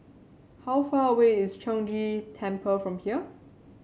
how far away is Chong Ghee Temple from here